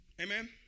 Amen